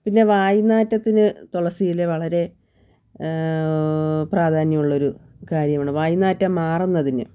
പിന്നെ വായിനാറ്റത്തിന് തുളസിയില വളരെ പ്രാധാന്യമുള്ള ഒരു കാര്യമാണ് വായനാറ്റം മാറുന്നതിന്